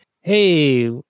Hey